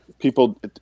people